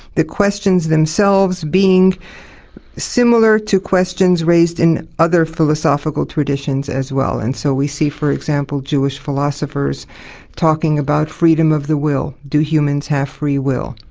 the questions themselves being similar to questions raised in other philosophical traditions as well, and so we see, for example, jewish philosophers talking about freedom of the will do humans have free will?